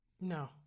no